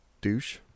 douche